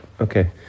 okay